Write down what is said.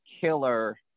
killer